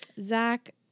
Zach